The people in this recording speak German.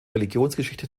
religionsgeschichte